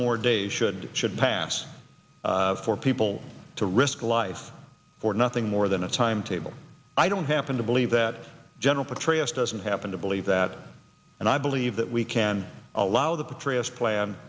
more day should should pass for people to risk life for nothing more the no timetable i don't happen to believe that general petraeus doesn't happen to believe that and i believe that we can allow the prius plan